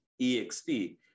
EXP